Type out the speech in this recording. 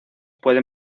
pueden